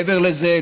מעבר לזה,